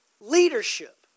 leadership